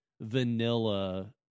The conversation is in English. vanilla